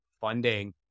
funding